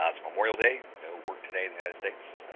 ah it's memorial day no work today the united states.